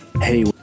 hey